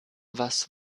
was